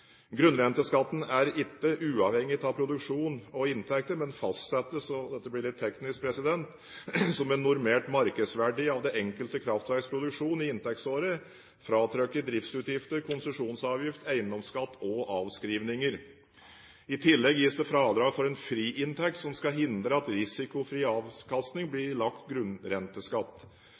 Grunnrenteskatten er ikke uavhengig av produksjon og inntekter, men fastsettes – dette blir litt teknisk – som en normert markedsverdi av det enkelte kraftverks produksjon i inntektsåret fratrukket driftsutgifter, konsesjonsavgift, eiendomsskatt og avskrivninger. I tillegg gis det fradrag for en friinntekt som skal hindre at risikofri avkastning blir ilagt grunnrenteskatt.